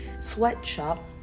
sweatshop